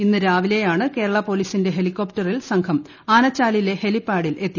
ഇന്ന് രാവിലെയാണ് കേരള പൊലീസിന്റെ ഹെലികോപ്റ്ററിൽ സംഘം ആനച്ചാലിലെ ഹെലി പാഡിൽ എത്തി